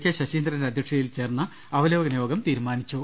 K ശശീന്ദ്രന്റെ അധ്യക്ഷതയിൽ ചേർന്ന അവലോകന യോഗം തീരുമാ നിച്ചു